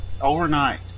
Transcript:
overnight